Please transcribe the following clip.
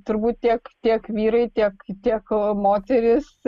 turbūt tiek tiek vyrai tiek tiek moterys